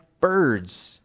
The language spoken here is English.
birds